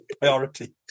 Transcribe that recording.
priority